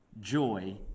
joy